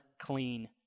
clean